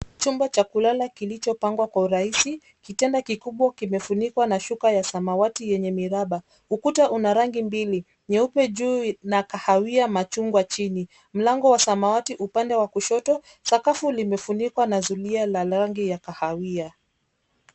Chumba cha kulala kilichopangwa kwa urahisi. Kitanda kikubwa kimefunikwa na shuka ya samawati yenye miraba. Ukuta una rangi mbili, nyeupe juu na kahawia machungwa chini. Mlango wa samawati upande wa kushoto, sakafu limefunikwa na zulia la rangi ya kahawia.